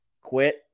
quit